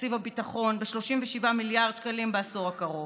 תקציב הביטחון ב-37 מיליארד שקלים בעשור הקרוב,